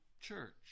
church